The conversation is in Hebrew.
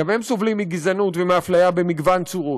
גם הם סובלים מגזענות ומאפליה במגוון צורות.